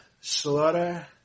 slaughter